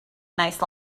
nice